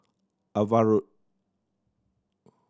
Ava Road